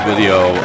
video